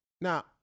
Now